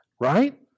right